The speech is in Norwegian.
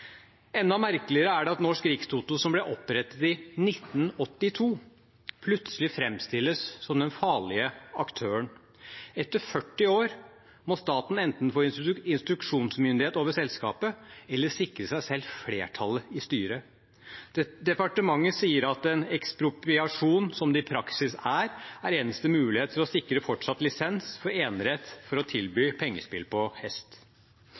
Enda merkeligere er det at Norsk Rikstoto, som ble opprettet i 1982, plutselig framstilles som den farlige aktøren. Etter 40 år må staten enten få instruksjonsmyndighet over selskapet eller sikre seg selv flertallet i styret. Departementet sier at en ekspropriasjon, som det i praksis er, er eneste mulighet til å sikre fortsatt lisens for enerett til å tilby pengespill på hest.